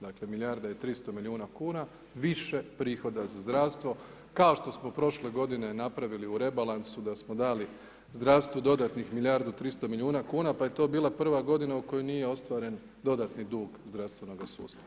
Dakle milijarda i 300 milijuna kn, više prihoda za zdravstvo, kao što smo prošle g. napravili u rebalansu, da smo dali zdravstvu dodatnih milijardu 300 milijuna kn, pa je to bila prva godina u kojoj nije ostvaren dodatni dug zdravstvenog sustava.